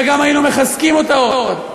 וגם היינו מחזקים אותה עוד.